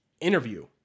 interview